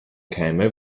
keime